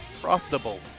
profitable